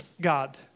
God